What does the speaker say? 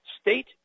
state